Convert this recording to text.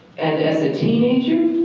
and as a teenager,